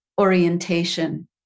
orientation